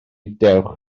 dewch